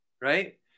right